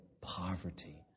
poverty